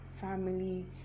family